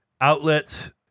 outlets